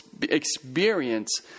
experience